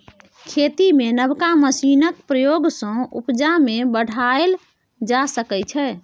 खेती मे नबका मशीनक प्रयोग सँ उपजा केँ बढ़ाएल जा सकै छै